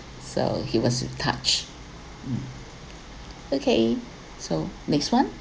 so he was really touched mm okay so next one